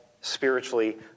spiritually